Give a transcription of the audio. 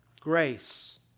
grace